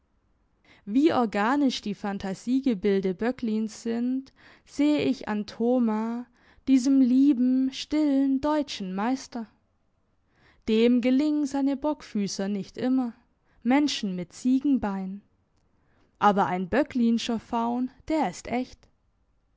wie organisch die phantasiegebilde böcklins sind sehe ich an thoma diesem lieben stillen deutschen meister dem gelingen seine bockfüsser nicht immer menschen mit ziegenbeinen aber ein böcklinscher faun der ist echt